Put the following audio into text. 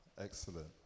Excellent